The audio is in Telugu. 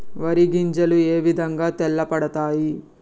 వరి గింజలు ఏ విధంగా తెల్ల పడతాయి?